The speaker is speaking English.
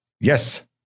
Yes